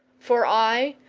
for i,